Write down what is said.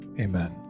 Amen